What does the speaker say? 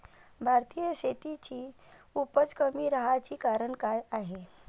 भारतीय शेतीची उपज कमी राहाची कारन का हाय?